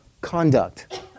conduct